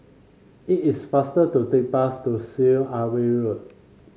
it is faster to take bus to Syed Alwi Road